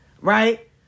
Right